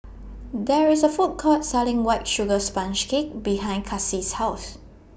There IS A Food Court Selling White Sugar Sponge Cake behind Kaci's House